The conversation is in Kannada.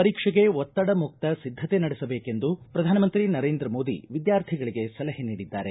ಪರೀಕ್ಷೆಗೆ ಒತ್ತಡ ಮುಕ್ತ ಸಿದ್ದತೆ ನಡೆಸಬೇಕೆಂದು ಪ್ರಧಾನಮಂತ್ರಿ ನರೇಂದ್ರ ಮೋದಿ ವಿದ್ಯಾರ್ಥಿಗಳಿಗೆ ಸಲಹೆ ನೀಡಿದ್ದಾರೆ